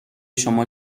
شما